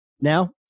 Now